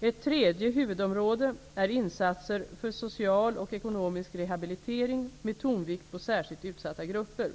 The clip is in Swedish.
Ett tredje huvudområde är insatser för social och ekonomisk rehabilitering med tonvikt på särskilt utsatta grupper.